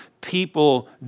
people